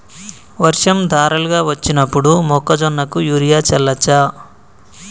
వర్షం ధారలుగా వచ్చినప్పుడు మొక్కజొన్న కు యూరియా చల్లచ్చా?